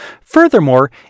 Furthermore